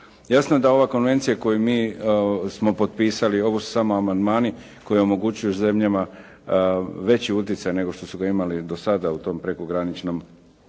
Jasno je da ova konvencija koju mi smo potpisali, ovo su samo amandmani koji omogućuju zemljama veći utjecaj nego što su ga imali do sada u tom prekograničnom